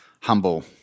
humble